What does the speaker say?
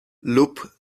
loop